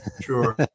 sure